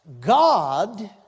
God